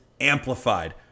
amplified